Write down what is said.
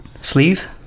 Sleeve